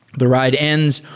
the ride ends.